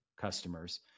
customers